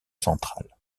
central